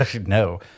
No